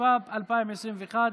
התשפ"ב 2021,